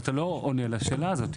ואתה לא עונה לשאלה הזו.